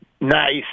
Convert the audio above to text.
nice